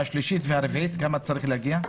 ובשלישית והרביעית כמה צריך להגיע?